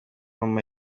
muganga